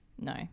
no